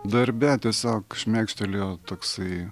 darbe tiesiog šmėkštelėjo toksai